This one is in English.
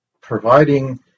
providing